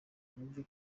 numve